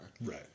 Right